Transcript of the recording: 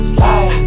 Slide